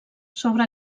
sobre